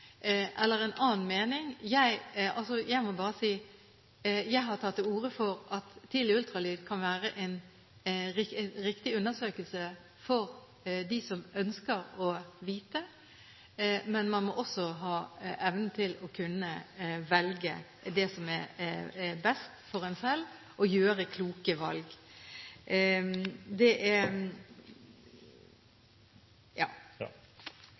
eller har en annen mening. Jeg har tatt til orde for at tidlig ultralyd kan være en riktig undersøkelse for dem som ønsker å vite, men man må også ha evnen til å kunne velge det som er best for en selv, og gjøre kloke valg. Det er